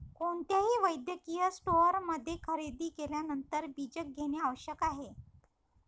कोणत्याही वैद्यकीय स्टोअरमध्ये खरेदी केल्यानंतर बीजक घेणे आवश्यक आहे